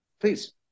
Please